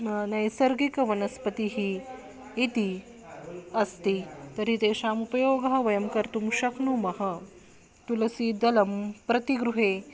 न नैसर्गिकवनस्पतिः इति अस्ति तर्हि तेषाम् उपयोगः वयं कर्तुं शक्नुमः तुलसीदलं प्रतिगृहं